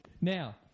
Now